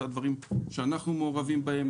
אלה הדברים שאנחנו מעורבים בהם.